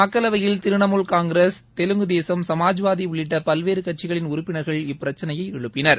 மக்களவையில் திரிணாமுல் காங்கிரஸ் தெலுங்கு தேசம் சமாஜ்வாதி உள்ளிட்ட பல்வேறு கட்சிகளின் உறுப்பினர்கள் இப்பிரச்சினையை எழுப்பினர்